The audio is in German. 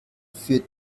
für